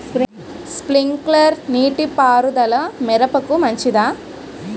Sprinkler నీటిపారుదల మిరపకు మంచిదా?